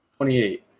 28